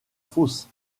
fosse